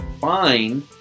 fine